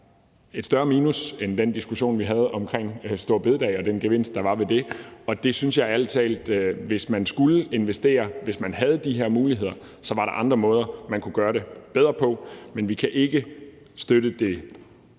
et større minus, end der var i den diskussion, vi havde omkring store bededag og den gevinst, der var ved det, og jeg synes ærlig talt, at hvis man skulle investere, hvis man havde de her muligheder, var der andre måder, man kunne gøre det bedre på. Vi kan ikke støtte det